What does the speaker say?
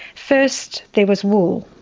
first there was wool.